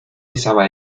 pesaba